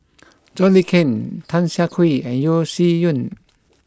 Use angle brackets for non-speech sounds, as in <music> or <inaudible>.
<noise> John Le Cain Tan Siah Kwee and Yeo Shih Yun